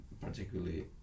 particularly